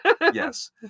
yes